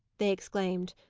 they exclaimed.